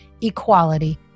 equality